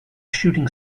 shooting